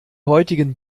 heutigen